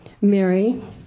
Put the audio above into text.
Mary